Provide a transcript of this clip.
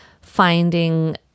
finding